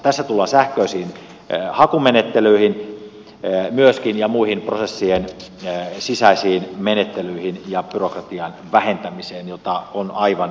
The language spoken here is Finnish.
tässä tullaan sähköisiin hakumenettelyihin myöskin ja muihin prosessien sisäisiin menettelyihin ja byrokratian vähentämiseen byrokratiaa on aivan tarpeettoman paljon